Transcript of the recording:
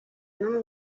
numwe